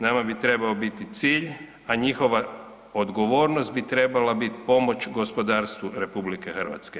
Nama bi trebao biti cilj, a njihova odgovornost bi trebala biti pomoć gospodarstvu RH.